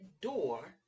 door